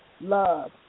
love